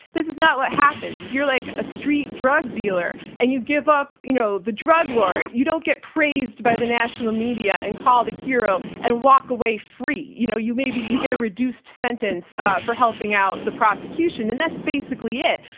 this is not what happens. if you're like a street drug dealer, and you give up, you know, the drug lord, you don't get praised by the national media, and called a hero, and walk away free. you know you maybe get a reduced sentence for helping out the prosecution and that's basically it.